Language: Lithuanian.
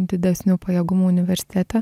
didesniu pajėgumu universitete